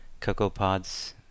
CocoaPods